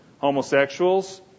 homosexuals